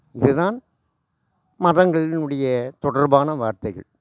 இதுதான் மதங்களினுடைய தொடர்பான வார்த்தைகள்